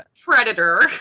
Predator